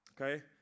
Okay